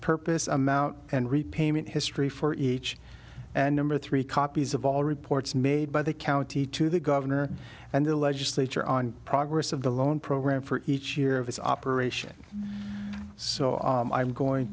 purpose and repayment history for each and number three copies of all reports made by the county to the governor and the legislature on progress of the loan program for each year of its operation so i'm going